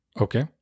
Okay